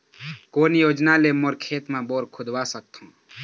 कोन योजना ले मोर खेत मा बोर खुदवा सकथों?